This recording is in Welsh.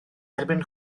erbyn